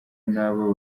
n’abo